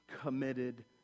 committed